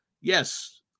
Yes